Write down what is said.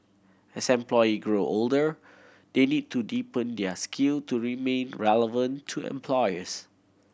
as employee grow older they need to deepen their skill to remain relevant to employers